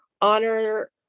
honor